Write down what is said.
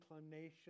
inclination